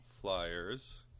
flyers